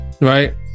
right